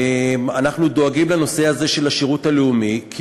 אנחנו דואגים לנושא הזה של השירות הלאומי כי